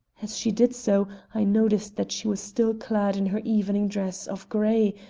as she did so i noted that she was still clad in her evening dress of gray,